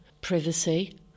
privacy